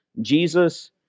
Jesus